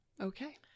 Okay